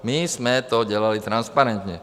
My jsme to dělali transparentně.